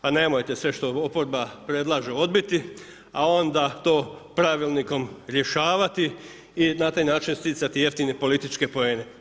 Pa nemojte sve što oporba predlaže odbiti, a onda to pravilnikom rješavati i na taj način sticati jeftine političke poene.